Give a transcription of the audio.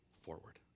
forward